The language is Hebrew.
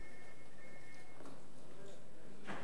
ג'ומס